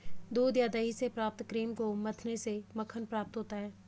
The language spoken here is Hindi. दूध या दही से प्राप्त क्रीम को मथने से मक्खन प्राप्त होता है?